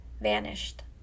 vanished